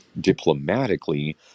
diplomatically